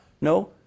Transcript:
No